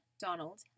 Donald